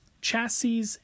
chassis